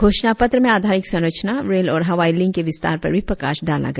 घोषणा पत्र में आधारिक संरचना रेल और हवाई लिंक के विस्तार पर भी प्रकाश डाला गया